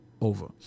Over